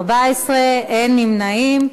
14, אין נמנעים.